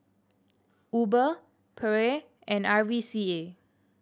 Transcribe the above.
Uber Perrier and R V C A